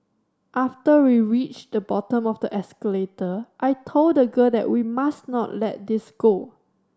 after we reached the bottom of the escalator I told the girl that we must not let this go